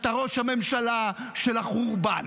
אתה ראש הממשלה של החורבן.